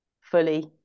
fully